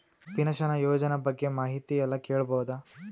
Pension ಯೋಜನ ಬಗ್ಗೆ ಮಾಹಿತಿ ಎಲ್ಲ ಕೇಳಬಹುದು?